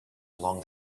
along